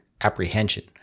apprehension